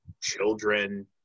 children